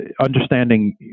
understanding